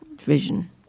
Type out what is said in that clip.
vision